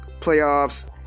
playoffs